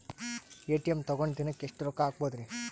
ATM ತಗೊಂಡ್ ದಿನಕ್ಕೆ ಎಷ್ಟ್ ರೊಕ್ಕ ಹಾಕ್ಬೊದ್ರಿ?